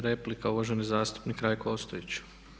Replika, uvaženi zastupnik Rajko Ostojić.